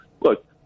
look